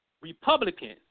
Republicans